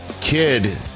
kid